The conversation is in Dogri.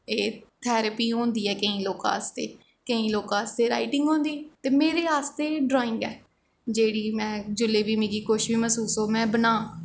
एह् थैरपी होंदी ऐ केईं लोकैं आस्तै केईं लोकें आस्तै राईटिंग होंदी ते मेरे आस्तै ड्राईंग ऐ जेह्ड़ी में जिल्लै बी मिगी कुछ बी मैसूस होऐ में बनां